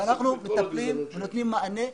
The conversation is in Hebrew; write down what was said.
אנחנו נותנים מענה.